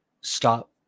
stop